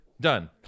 Done